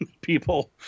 people